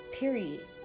period